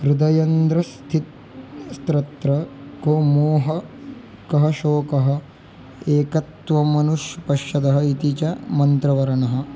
हृदयन्द्रस्थिस्त्र को मोहः कः शोकः एकत्वमनुपश्यतः इति च मन्त्रवर्णः